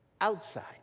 outside